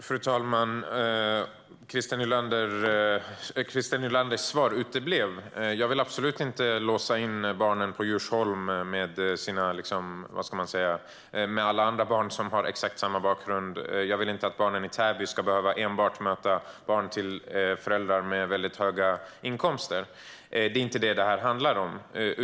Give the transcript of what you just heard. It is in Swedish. Fru talman! Christer Nylanders svar uteblev. Jag vill absolut inte låsa in barnen på Djursholm med alla andra barn som har exakt samma bakgrund. Jag vill inte att barnen i Täby ska behöva möta enbart barn till föräldrar med väldigt höga inkomster. Det är inte vad det här handlar om.